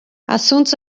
assuntos